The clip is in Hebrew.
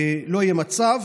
לא יהיה מצב.